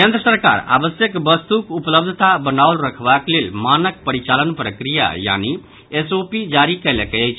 केंद्र सरकार आवश्यक वस्तुक उपलब्धता बनाओल रखबाक लेल मानक परिचालन प्रक्रिया यानि एसओपी जारी कयलक अछि